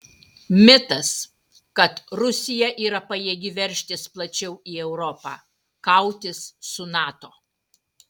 mitas kad rusija yra pajėgi veržtis plačiau į europą kautis su nato